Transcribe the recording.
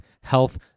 health